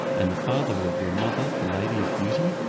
and the father of your mother the lady of beauty?